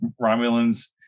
Romulans